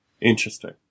Interesting